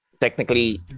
technically